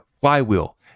flywheel